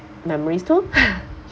memories too